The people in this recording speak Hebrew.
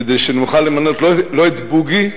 כדי שנוכל למנות לא את בּוּגי,